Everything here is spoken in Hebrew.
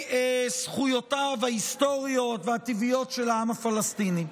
זכויותיו ההיסטוריות והטבעיות של העם הפלסטיני.